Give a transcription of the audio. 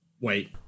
wait